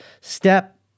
Step